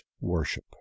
WORSHIP